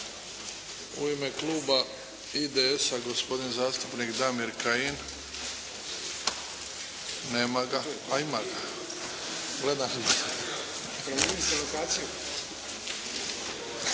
U ime Kluba IDS-a, gospodin zastupnik Damir Kajin. Nema ga. A ima ga. Izvolite,